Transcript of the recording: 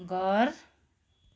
घर